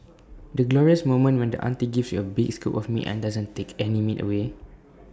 the glorious moment when the auntie gives you A big scoop of meat and doesn't take any meat away